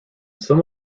some